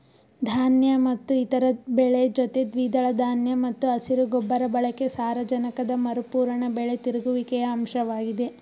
ಧಾನ್ಯ ಮತ್ತು ಇತರ ಬೆಳೆ ಜೊತೆ ದ್ವಿದಳ ಧಾನ್ಯ ಮತ್ತು ಹಸಿರು ಗೊಬ್ಬರ ಬಳಕೆ ಸಾರಜನಕದ ಮರುಪೂರಣ ಬೆಳೆ ತಿರುಗುವಿಕೆಯ ಅಂಶವಾಗಿದೆ